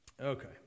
okay